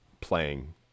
playing